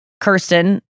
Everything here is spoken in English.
Kirsten